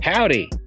Howdy